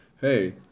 hey